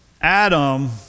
Adam